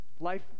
life